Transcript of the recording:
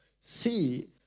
see